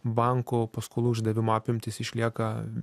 banko paskolų išdavimo apimtys išlieka